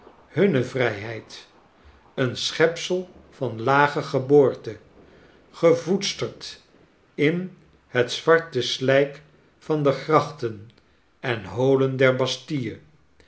hunne vrijheid een schepsel van lage geboorte gevoedsterd in het zwarte slijk van de grachten en holen der bastille